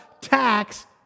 tax